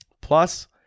Plus